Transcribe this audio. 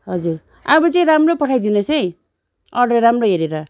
हजुर अब चाहिँ राम्रो पठाइदिनुहोस् है अर्डर राम्रो हेरेर